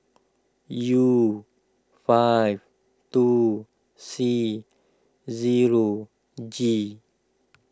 U five two C zero G